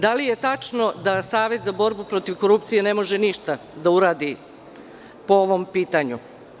Da li je tačno da Savet za borbu protiv korupcije ne može ništa da uradi po ovom pitanju?